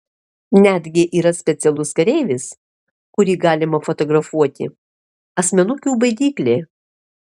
netgi yra specialus kareivis kurį galima fotografuoti asmenukių baidyklė